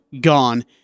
gone